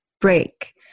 break